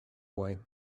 away